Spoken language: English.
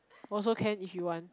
also can if you want